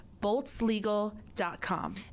boltslegal.com